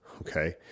Okay